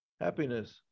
happiness